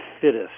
fittest